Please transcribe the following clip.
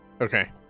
Okay